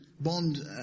bond